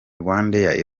rwandair